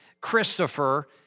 Christopher